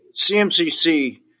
CMCC